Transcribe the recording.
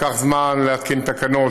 ולקח זמן להתקין תקנות,